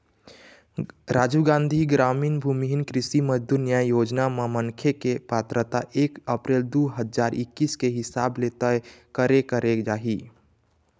राजीव गांधी गरामीन भूमिहीन कृषि मजदूर न्याय योजना म मनखे के पात्रता एक अपरेल दू हजार एक्कीस के हिसाब ले तय करे करे जाही